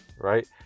right